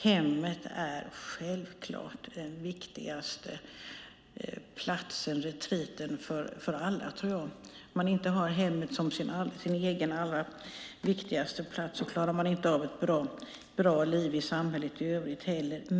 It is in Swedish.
Hemmet är självklart för alla den viktigaste platsen för retreat. Om man inte har hemmet som sin egen allra viktigaste plats klarar man inte av ett bra liv i samhället i övrigt.